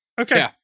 Okay